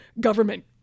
government